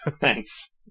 thanks